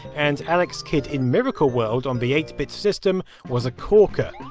and alex kidd in miracle world on the eight bit system was a corker.